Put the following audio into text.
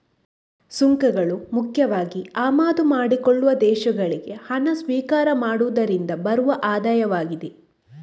ಸುಂಕಗಳು ಮುಖ್ಯವಾಗಿ ಆಮದು ಮಾಡಿಕೊಳ್ಳುವ ದೇಶಗಳಿಗೆ ಹಣ ಸ್ವೀಕಾರ ಮಾಡುದ್ರಿಂದ ಬರುವ ಆದಾಯ ಆಗಿದೆ